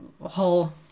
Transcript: whole